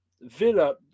Villa